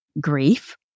grief